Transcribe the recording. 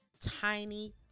Tiny